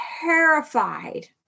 terrified